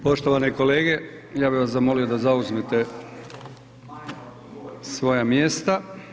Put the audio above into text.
Poštovane kolege, ja bih vas zamolio da zauzmete svoja mjesta.